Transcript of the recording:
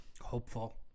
hopeful